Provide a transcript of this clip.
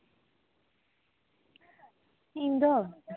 ᱤᱧ ᱫᱚ